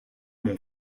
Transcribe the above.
mon